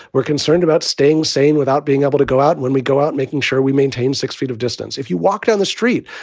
we're concerned about staying sane without being able to go out. when we go out, making sure we maintain six feet of distance, if you walk down the street,